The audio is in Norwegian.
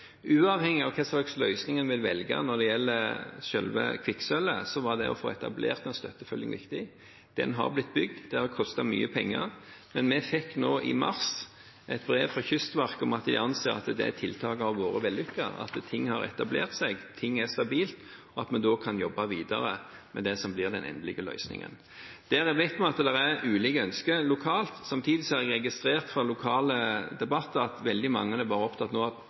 Uavhengig av hva slags løsning en vil velge når det gjelder selve kvikksølvet, var det å få etablert en støttefylling viktig. Den har blitt bygd, det har kostet mye penger, men nå i mars fikk vi et brev fra Kystverket om at de anser at det tiltaket har vært vellykket, at ting har etablert seg, ting er stabilt, og at vi kan jobbe videre med det som blir den endelige løsningen. Vi vet at det er ulike ønsker lokalt. Samtidig har jeg registrert av lokal debatt at veldig mange er bare opptatt av at vi nå